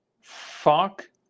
fuck